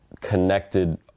connected